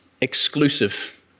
exclusive